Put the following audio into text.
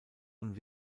und